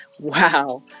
Wow